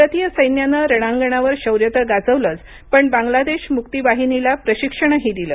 भारतीय सैन्यानं रणांगणावर शौर्य तर गाजवलंच पण बांगलादेश मुक्ती वाहिनीला प्रशिक्षणही दिलं